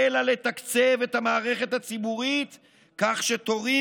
אלא לתקצב את המערכת הציבורית כך שתורים